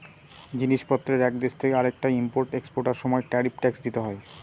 জিনিস পত্রের এক দেশ থেকে আরেকটায় ইম্পোর্ট এক্সপোর্টার সময় ট্যারিফ ট্যাক্স দিতে হয়